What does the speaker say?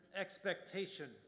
expectation